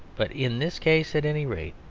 but in this case, at any rate,